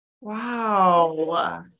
Wow